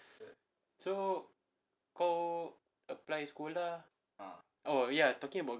so go apply school lah ah oh ya talking about